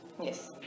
Yes